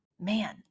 Man